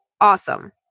awesome